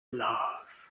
love